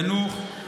ינוח,